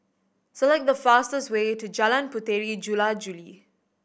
select the fastest way to Jalan Puteri Jula Juli